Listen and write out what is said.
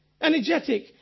energetic